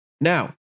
Now